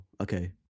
okay